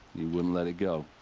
he wouldn't let it go.